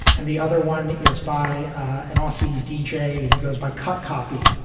and the other one is by an aussie deejay who goes by cut copy.